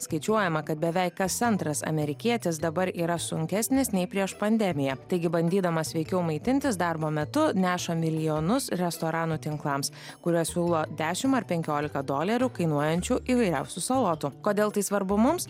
skaičiuojama kad beveik kas antras amerikietis dabar yra sunkesnis nei prieš pandemiją taigi bandydamas sveikiau maitintis darbo metu neša milijonus restoranų tinklams kuriuos siūlo dešimt ar penkiolika dolerių kainuojančių įvairiausių salotų kodėl tai svarbu mums